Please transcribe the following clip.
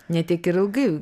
ne tiek ir ilgai